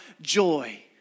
joy